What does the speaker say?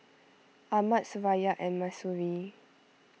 Ahmad Suraya and Mahsuri